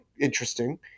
interesting